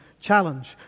Challenge